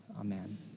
amen